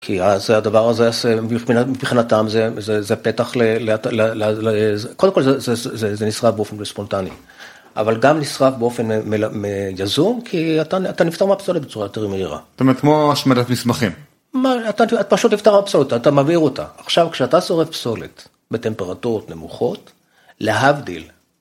כי הדבר הזה מבחינתם זה פתח ל... קודם כל זה נשרף באופן ספונטני, אבל גם נשרף באופן יזום, כי אתה נפטר מהפסולת בצורה יותר מהירה. זאת אומרת כמו השמדת מסמכים. אתה פשוט נפטר מהפסולת, אתה מבעיר אותה. עכשיו כשאתה שורף פסולת בטמפרטורות נמוכות, להבדיל,